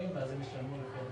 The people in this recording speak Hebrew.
ואז הם ישלמו.